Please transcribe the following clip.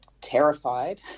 terrified